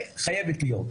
חייבת להיות.